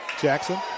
Jackson